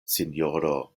sinjoro